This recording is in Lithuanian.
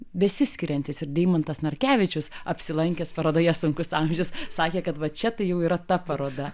besiskiriantis ir deimantas narkevičius apsilankęs parodoje sunkus amžius sakė kad va čia tai jau yra ta paroda